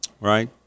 Right